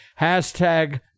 Hashtag